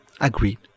Agreed